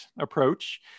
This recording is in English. approach